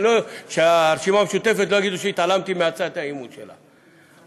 שהרשימה המשותפת לא יגידו שהתעלמתי מהצעת האי-אמון שלה,